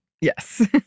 Yes